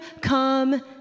come